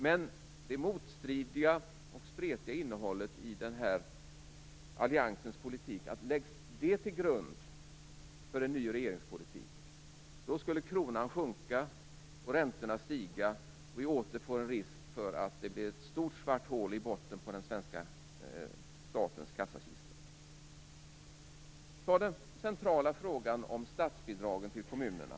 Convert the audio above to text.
Men om det motstridiga och spretiga innehållet i den här alliansens politik läggs till grund för en ny regeringspolitik skulle kronan sjunka och räntorna stiga, och det skulle bli en risk för att det återigen skulle bli ett stort svart hål i botten på den svenska statens kassakista. Jag kan nämna den centrala frågan om statsbidragen till kommunerna.